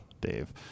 Dave